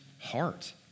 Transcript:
heart